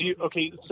okay